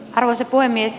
arvoisa puhemies